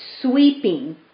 sweeping